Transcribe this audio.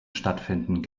stattfinden